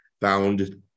found